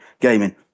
gaming